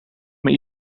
maar